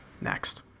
Next